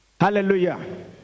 Hallelujah